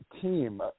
team